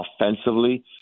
offensively